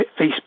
Facebook